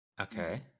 Okay